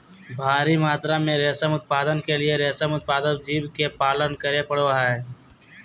भारी मात्रा में रेशम उत्पादन के लिए रेशम उत्पादक जीव के पालन करे पड़ो हइ